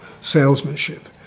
salesmanship